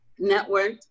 networked